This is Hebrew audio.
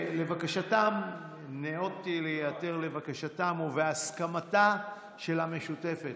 ניאותי להיעתר לבקשתם, ובהסכמתה של המשותפת.